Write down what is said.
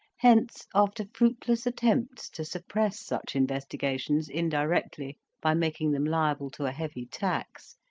hence, after fruitless attempts to suppress such investigations indirectly by making them liable to a heavy tax,